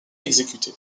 exécuté